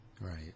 Right